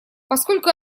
поскольку